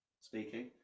Speaking